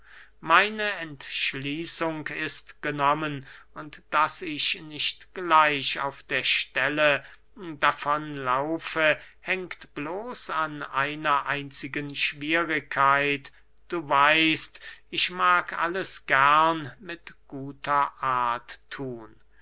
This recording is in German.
meine entschließung ist genommen und daß ich nicht gleich auf der stelle davon laufe hängt bloß an einer einzigen schwierigkeit du weißt ich mag alles gern mit guter art thun